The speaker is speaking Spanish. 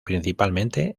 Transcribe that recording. principalmente